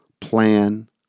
Plan